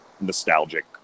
nostalgic